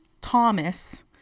thomas